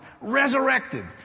resurrected